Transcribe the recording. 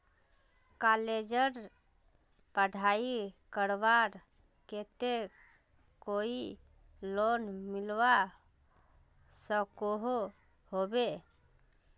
कॉलेजेर पढ़ाई करवार केते कोई लोन मिलवा सकोहो होबे?